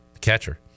catcher